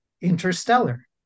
interstellar